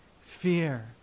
fear